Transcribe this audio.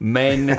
men